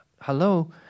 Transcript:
Hello